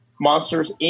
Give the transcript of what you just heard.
Monsters